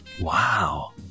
Wow